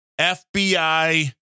FBI